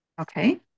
Okay